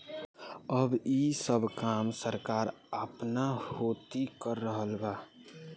अब ई सब काम सरकार आपना होती कर रहल बा